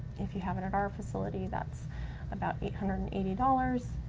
if you have it at our facility, that's about eight hundred and eighty dollars,